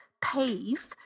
pave